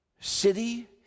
city